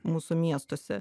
mūsų miestuose